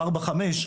או ארבע-חמש,